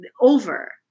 over